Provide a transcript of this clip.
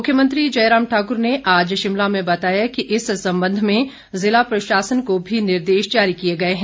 मुख्यमंत्री जयराम ठाकुर ने आज शिमला में बताया कि इस संबंध में जिला प्रशासन को भी निर्देश जारी किए गए हैं